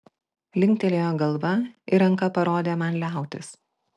linktelėjo galva ir ranka parodė man liautis